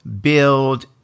build